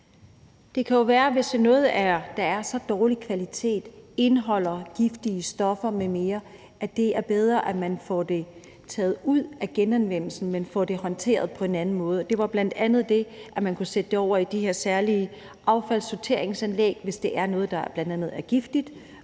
Det kan jo være, at hvis noget er af dårlig kvalitet, indeholder giftige stoffer m.m., er det bedre, at man får det taget ud af genanvendelsen, og at man får det håndteret på en anden måde. Det var bl.a. det, at man kunne sætte det over i de her særlige affaldssorteringsanlæg, hvis det er noget, der bl.a. er giftigt